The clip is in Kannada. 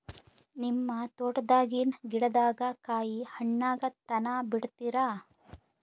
ನಿಮ್ಮ ತೋಟದಾಗಿನ್ ಗಿಡದಾಗ ಕಾಯಿ ಹಣ್ಣಾಗ ತನಾ ಬಿಡತೀರ?